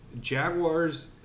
Jaguars